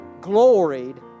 gloried